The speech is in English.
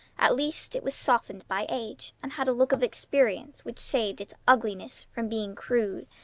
at least it was softened by age, and had a look of experience which saved its ugliness from being crude,